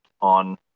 on